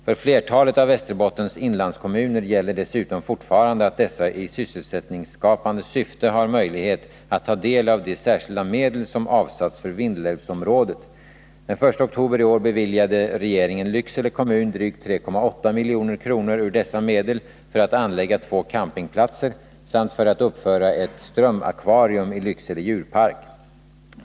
För flertalet av Västerbottens inlandskommuner gäller dessutom fortfarande att dessa i sysselsättningsskapande syfte har möjlighet att ta del av de särskilda medel som avsatts för Vindelälvsområdet. Den 1 oktober i år beviljade regeringen Lycksele kommun drygt 3,8 milj.kr. ur dessa medel för att anlägga två campingplatser samt för att uppföra ett strömakvarium i Lycksele djurpark.